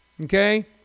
okay